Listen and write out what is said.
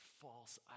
false